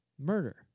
murder